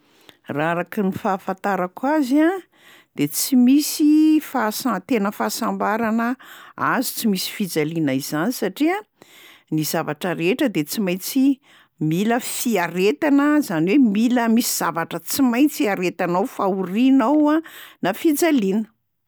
Raha araky ny fahafantarako azy a de tsy misy fahasa- tena fahasambarana azo tsy misy fijaliana izany satria ny zavatra rehetra de tsy maintsy mila fiharetana zany hoe mila misy zavatra tsy maintsy iharetanao fahoriana ao a na fijaliana.